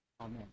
amen